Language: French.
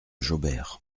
jaubert